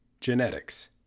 genetics